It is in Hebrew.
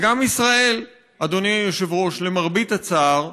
וגם ישראל, אדוני היושב-ראש, למרבה הצער,